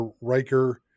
Riker